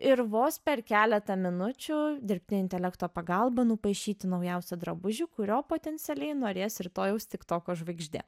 ir vos per keletą minučių dirbtinio intelekto pagalba nupaišyti naujausią drabužį kurio potencialiai norės rytojaus tik toko žvaigždė